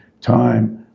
time